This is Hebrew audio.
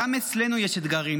גם אצלנו יש אתגרים,